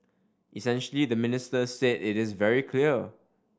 essentially the minister said it is very clear